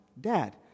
Dad